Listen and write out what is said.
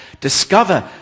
Discover